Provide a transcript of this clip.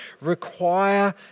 require